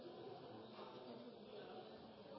er